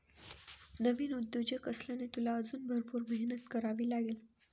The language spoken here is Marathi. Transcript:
नवीन उद्योजक असल्याने, तुला अजून भरपूर मेहनत करावी लागेल